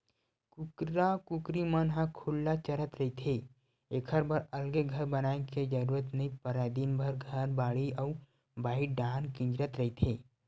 कुकरा कुकरी मन ह खुल्ला चरत रहिथे एखर बर अलगे घर बनाए के जरूरत नइ परय दिनभर घर, बाड़ी अउ बाहिर डाहर किंजरत रहिथे